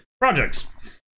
projects